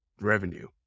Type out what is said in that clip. revenue